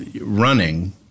running